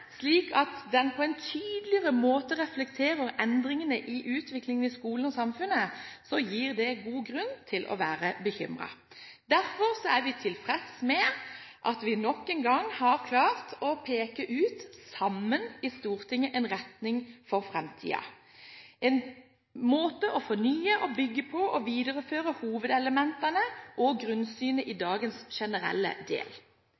at den på en tydeligere måte reflekterer endringene i utviklingen i skolen og samfunnet» – ga det god grunn til å være bekymret. Derfor er vi tilfreds med at vi i Stortinget nok en gang sammen har klart å peke ut en retning for framtiden, at fornying må bygge på og videreføre hovedelementene og grunnsynet i dagens generelle del.